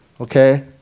okay